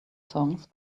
songs